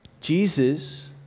Jesus